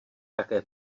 také